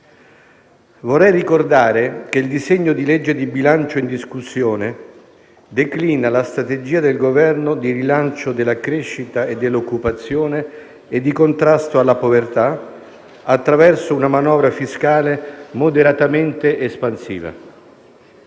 Vorrei ricordare che il disegno di legge di bilancio in discussione declina la strategia del Governo di rilancio della crescita e dell'occupazione e di contrasto alla povertà attraverso una manovra fiscale moderatamente espansiva.